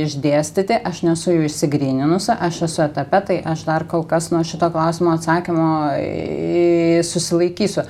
išdėstyti aš nesu jų išsigryninusi aš esu etape tai aš dar kol kas nuo šito klausimo atsakymo iii susilaikysiu